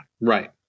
right